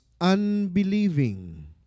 unbelieving